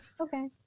Okay